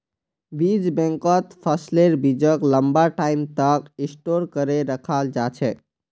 बीज बैंकत फसलेर बीजक लंबा टाइम तक स्टोर करे रखाल जा छेक